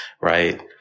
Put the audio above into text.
Right